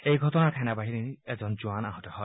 এই ঘটনাত সেনাবাহিনীৰ এজন জোৱান আহত হয়